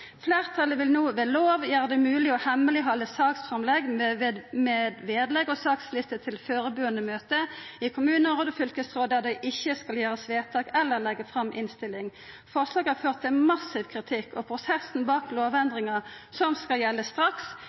Fleirtalet vil no ved lov gjera det mogleg å hemmeleghalda saksframlegg med vedlegg og sakslister til førebuande møte i kommunar og fylkesråd der det ikkje skal gjerast vedtak eller leggjast fram innstilling. Forslaget har ført til massiv kritikk, og prosessen bak lovendringa som skal gjelda straks,